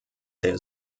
der